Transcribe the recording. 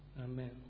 Amen